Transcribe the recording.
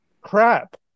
crap